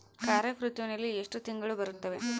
ಖಾರೇಫ್ ಋತುವಿನಲ್ಲಿ ಎಷ್ಟು ತಿಂಗಳು ಬರುತ್ತವೆ?